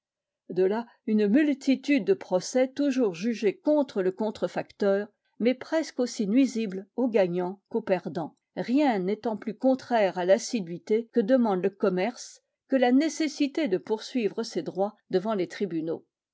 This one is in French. de là une multitude de procès toujours jugés contre le contrefacteur mais presque aussi nuisibles au gagnant qu'au perdant rien n'étant plus contraire à l'assiduité que demande le commerce que la nécessité de poursuivre ses droits devant les tribunaux